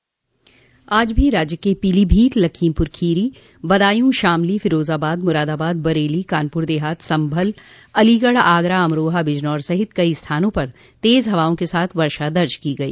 आज भी राज्य के पीलीभीत लखीमपुर खीरी बदायूँ शामली फिरोजाबाद मुरादाबाद बरेली कानपुर देहात संभल अलीगढ़ आगरा अमरोहा बिजनौर सहित कई स्थानों पर तेज हवाओं के साथ वर्षा दर्ज की गई